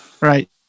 right